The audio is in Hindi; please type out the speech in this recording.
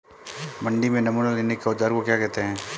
मंडी में नमूना लेने के औज़ार को क्या कहते हैं?